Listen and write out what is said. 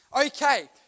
Okay